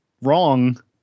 wrong